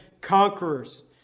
conquerors